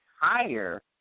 higher